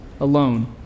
alone